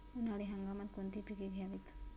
उन्हाळी हंगामात कोणती पिके घ्यावीत?